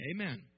Amen